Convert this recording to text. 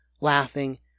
laughing